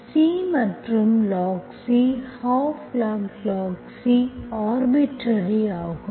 C மற்றும் log C 12log C arbitrary ஆகும்